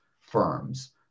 firms